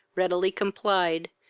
readily complied,